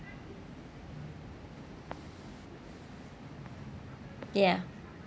ya